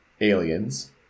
Aliens